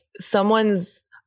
someone's